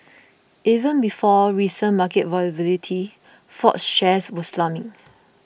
even before recent market volatility Ford's shares were slumping